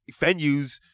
venues